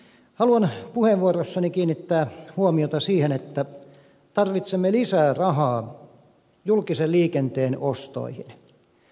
haluan puheenvuorossani kiinnittää huomiota siihen että tarvitsemme lisää rahaa julkisen liikenteen ostoihin